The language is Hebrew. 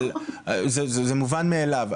זה מובן מאליו.